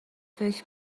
فکر